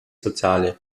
soziale